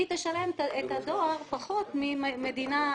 היא תשלם עבור הדואר פחות מאשר משלמת מדינה עשירה.